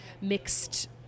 mixed